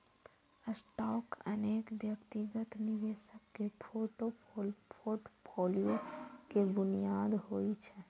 stock अनेक व्यक्तिगत निवेशक के फोर्टफोलियो के बुनियाद होइ छै